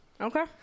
Okay